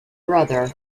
brother